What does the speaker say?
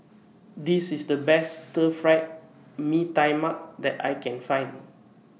This IS The Best Stir Fried Mee Tai Mak that I Can Find